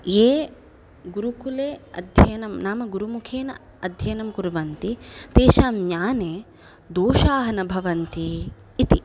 ये गुरुकुले अध्ययनं नाम गुरुमुखेन अध्ययनं कुर्वन्ति तेषां ज्ञाने दोषाः न भवन्ति इति